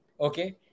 Okay